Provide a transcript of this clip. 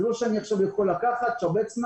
זה לא שאני יכול עכשיו לעשות "שבץ-נא".